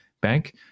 bank